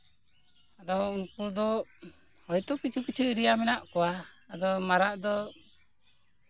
ᱟᱫᱚ ᱩᱱᱠᱩ ᱫᱚ ᱦᱚᱭᱛᱳ ᱠᱤᱪᱷᱩᱼᱠᱤᱪᱷᱩ ᱮᱨᱤᱭᱟ ᱢᱮᱱᱟᱜ ᱠᱚᱣᱟ ᱟᱫᱚ ᱢᱟᱨᱟᱜ ᱫᱚ